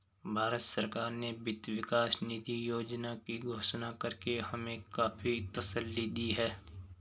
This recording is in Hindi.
भारत सरकार ने वित्त विकास निधि योजना की घोषणा करके हमें काफी तसल्ली दी है